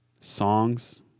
songs